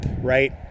right